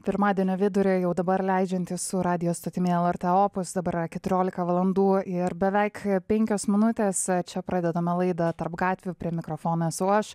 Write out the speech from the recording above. pirmadienio vidurį jau dabar leidžiantys su radijo stotimi lrt opus dabar keturiolika valandų ir beveik penkios minutės čia pradedame laidą tarp gatvių prie mikrofono esu aš